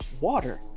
water